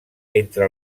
entre